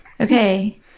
Okay